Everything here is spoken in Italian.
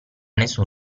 nessun